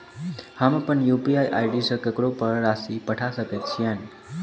हम अप्पन UPI ID सँ ककरो पर राशि पठा सकैत छीयैन?